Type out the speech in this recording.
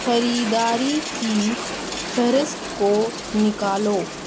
خریداری کی فہرست کو نکالو